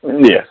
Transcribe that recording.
Yes